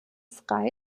frei